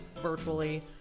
virtually